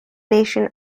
nation